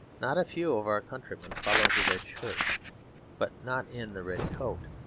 not a few of our countrymen followed the red shirt but not in the red coat.